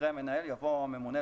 אחרי "המנהל" יבוא "או הממונה,